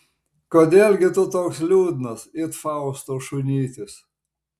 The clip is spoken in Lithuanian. kodėl gi tu toks liūdnas it fausto šunytis